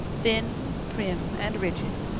thin, prim, and rigid,